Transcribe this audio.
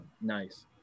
Nice